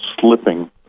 slipping